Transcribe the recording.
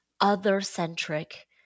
other-centric